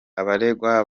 abaregwa